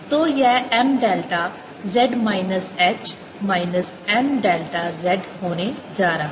तो यह m delta z minus h minus m delta z होने जा रहा है